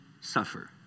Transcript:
suffer